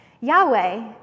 Yahweh